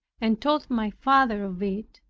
and told my father of it,